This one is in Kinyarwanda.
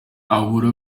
abura